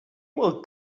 will